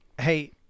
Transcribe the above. Hey